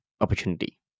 opportunity